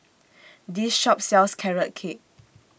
This Shop sells Carrot Cake